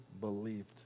believed